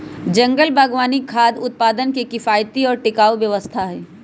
जंगल बागवानी खाद्य उत्पादन के किफायती और टिकाऊ व्यवस्था हई